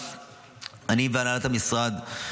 אני והנהלת המשרד.